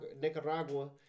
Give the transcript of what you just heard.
Nicaragua